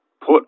put